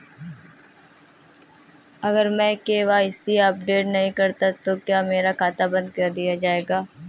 अगर मैं KYC update नहीं करता तो क्या मेरा खाता बंद कर दिया जाएगा?